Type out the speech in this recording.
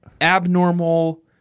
abnormal